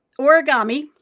origami